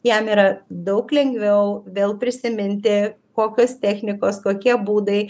jam yra daug lengviau vėl prisiminti kokios technikos kokie būdai